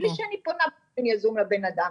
בלי שאני פונה באופן יזום לבן אדם.